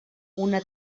una